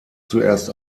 zuerst